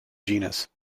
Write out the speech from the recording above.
genus